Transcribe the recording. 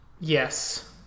Yes